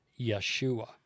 Yeshua